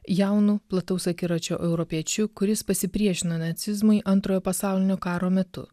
jaunu plataus akiračio europiečiu kuris pasipriešino nacizmui antrojo pasaulinio karo metu